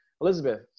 Elizabeth